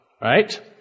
Right